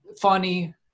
funny